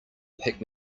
pick